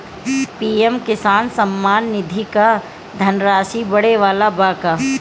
PM किसान सम्मान निधि क धनराशि बढ़े वाला बा का?